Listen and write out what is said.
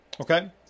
Okay